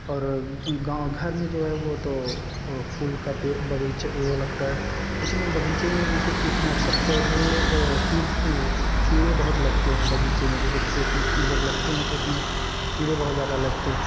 और गाँव घर में जो है वह तो ब फूल का पेड़ बगीचा वह लगता है लेकिन वह बगीचे में जैसे कीटनाशक पौधे कीट वह कीड़े बहुत लगते हैं बगीचे में जैसे खेत जब लगते हैं तो उसमें कीड़े बहुत ज़्यादा लगते हैं